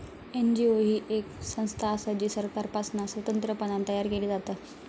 NGO ही येक संस्था असा जी सरकारपासना स्वतंत्रपणान तयार केली जाता